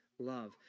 love